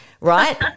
right